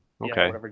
Okay